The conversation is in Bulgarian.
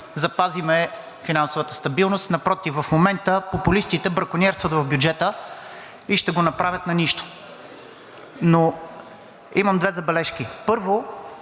запазим финансовата стабилност. Напротив, в момента популистите бракониерстват в бюджета и ще го направят на нищо. Имам две забележки. Първо,